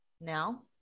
now